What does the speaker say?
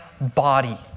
body